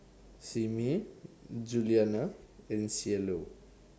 Simmie Juliana and Cielo